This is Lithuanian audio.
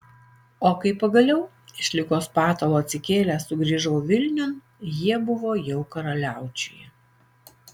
o kai pagaliau iš ligos patalo atsikėlęs sugrįžau vilniun jie buvo jau karaliaučiuje